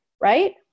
right